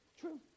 True